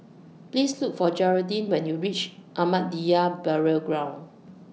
Please Look For Gearldine when YOU REACH Ahmadiyya Burial Ground